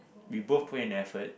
we both put in effort